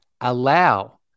allow